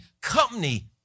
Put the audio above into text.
company